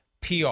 PR